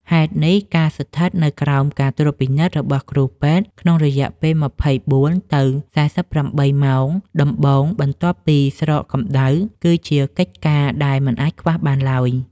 ហេតុនេះ ការស្ថិតនៅក្រោមការត្រួតពិនិត្យរបស់គ្រូពេទ្យក្នុងរយៈពេល ២៤ ទៅ ៤៨ ម៉ោងដំបូងបន្ទាប់ពីស្រកកម្ដៅ គឺជាកិច្ចការដែលមិនអាចខ្វះបានឡើយ។